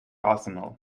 arsenal